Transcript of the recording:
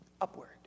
upward